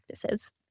practices